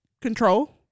Control